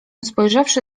spojrzawszy